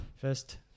First